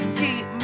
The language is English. keep